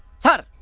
sir,